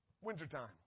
Wintertime